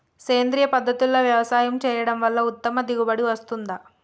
సేంద్రీయ పద్ధతుల్లో వ్యవసాయం చేయడం వల్ల ఉత్తమ దిగుబడి వస్తుందా?